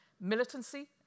militancy